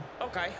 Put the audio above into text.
Okay